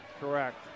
correct